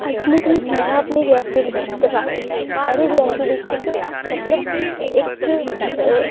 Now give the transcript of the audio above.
ज्ज अमें तुसेंगी सनाना अपनी रियासी डिस्ट्रिक्ट दे बारै ई साढ़ी रियासी डिस्ट्रिक्ट मतलब इक